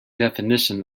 definition